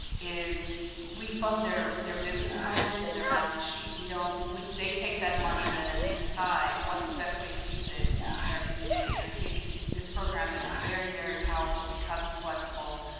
is we fund their their business plan and their balance sheet. we don't they take that money then, and they decide what's the best way to use it in their community. and i think this program is very, very powerful because it's flexible,